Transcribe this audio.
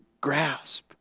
grasp